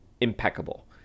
impeccable